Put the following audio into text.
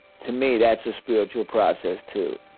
to me that's a spiritual process too,